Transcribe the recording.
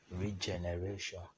regeneration